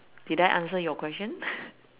did I answer your question